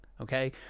Okay